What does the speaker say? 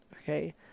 okay